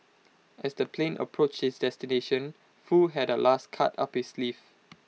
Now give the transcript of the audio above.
as the plane approached its destination Foo had A last card up his sleeve